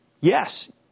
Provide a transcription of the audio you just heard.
yes